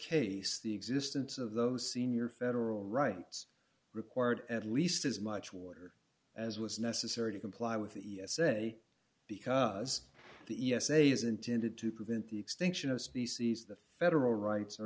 case the existence of those senior federal rights required at least as much water as was necessary to comply with the e s a because the e s a is intended to prevent the extinction of species the federal rights